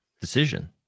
decision